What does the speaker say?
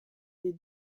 des